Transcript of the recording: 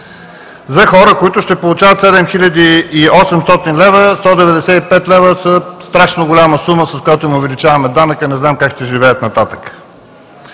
За хора, които ще получават 7 хил. 800 лв., 195 лв. са страшно голяма сума, с която им увеличаваме данъка! Не знам как ще живеят нататък!